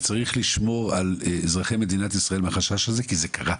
וצריך לשמור על אזרחי מדינת ישראל מהחשש הזה כי זה קרה.